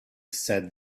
said